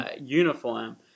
uniform